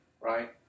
right